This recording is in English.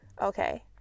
Okay